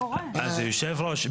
אז יושב הראש,